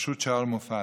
בראשות שאול מופז,